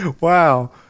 Wow